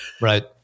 Right